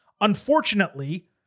Unfortunately